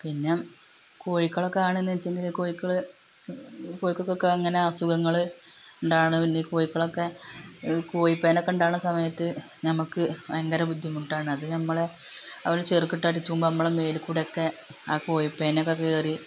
പിന്നെ കോയിക്കളൊക്കെയാണെന്ന് വെച്ചുകഴിഞ്ഞാല് കോയിക്കള് കോയിക്കക്കൊക്കെ അങ്ങനെ അസുഖങ്ങള് ഉണ്ടാവുന്നത് പിന്നെ കോയിക്കളക്കെ കോഴിപ്പേനൊക്കെ ഉണ്ടാവുന്ന സമയത്ത് ഞമ്മള്ക്ക് ഭയങ്കര ബുദ്ധിമുട്ടാണ് അത് ഞമ്മളെ അവര് ചിറകിട്ടടിച്ചുമ്പോള് ഞമ്മടെ മേലുക്കൂടെയൊക്കെ ആ കോഴിപ്പേനൊക്കെ കയറി